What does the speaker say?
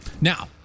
Now